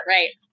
Right